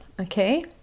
okay